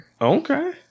Okay